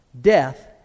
death